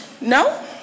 No